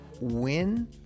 win